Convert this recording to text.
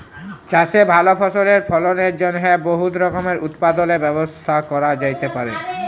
চাষে ভাল ফসলের ফলনের জ্যনহে বহুত রকমের উৎপাদলের ব্যবস্থা ক্যরা যাতে পারে